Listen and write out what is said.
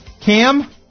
Cam